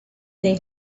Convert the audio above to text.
they